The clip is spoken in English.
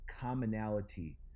commonality